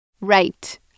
Right